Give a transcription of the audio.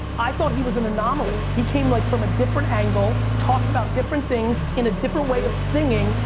i thought he was an anomaly, he came like from a different angle, talked about different things in a different way of singing.